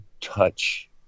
touch